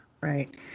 Right